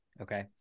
Okay